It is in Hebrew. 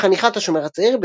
היא חניכת השומר הצעיר,